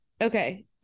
okay